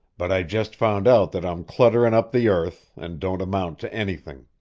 but i just found out that i'm clutterin' up the earth and don't amount to anything.